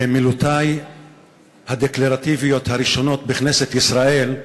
במילותי הדקלרטיביות הראשונות בכנסת ישראל,